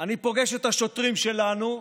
אני פוגש את השוטרים שלנו,